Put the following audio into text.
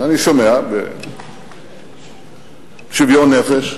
אני שומע, בשוויון נפש,